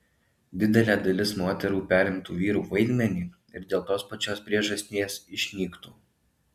didelė dalis moterų perimtų vyrų vaidmenį ir dėl tos pačios priežasties išnyktų